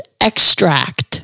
extract